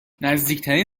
نزدیکترین